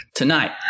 Tonight